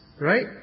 right